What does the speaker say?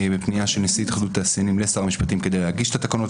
בפניה של נשיא התאחדות התעשיינים לשר המשפטים כדי להגיש את התקנות,